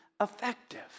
effective